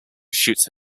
shoots